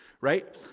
right